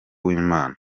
w’imana